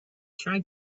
try